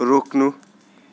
रोक्नु